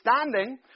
understanding